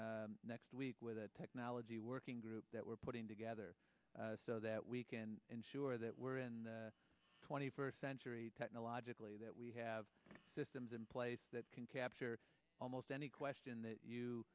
next week with a technology working group that we're putting together so that we can ensure that we're in twenty first century technologically that we have systems in place that can capture almost any question that you